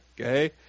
Okay